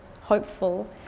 hopeful